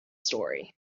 story